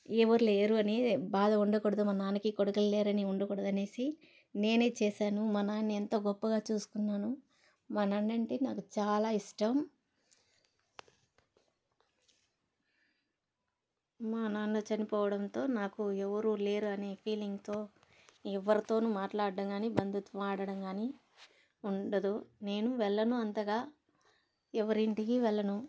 ఎవరు లేరు అని బాధ ఉండకూడదు మా నాన్నకి కొడుకులు లేరు అని ఉండకూడదు అనేసి నేనే చేశాను మా నాన్న ఎంతో గొప్పగా చూసుకున్నాను మా నాన్నంటే నాకు చాలా ఇష్టం మా నాన్న చనిపోవడంతో నాకు ఎవరూ లేరని ఫీలింగ్తో ఎవరితోనూ మాట్లాడడం కానీ బంధుత్వం ఆడడం కానీ ఉండదు నేను వెళ్ళను అంతగా ఎవరింటికి వెళ్ళను